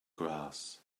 grass